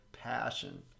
passion